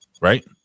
right